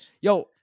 Yo